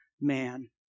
man